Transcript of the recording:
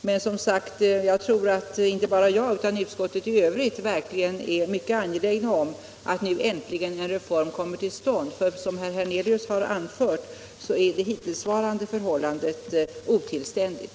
Men jag och jag tror även utskottet i övrigt är mycket angelägna om att en reform nu äntligen kommer till stånd, ty som herr Hernelius sade är det hittillsvarande förhållandet otillständigt.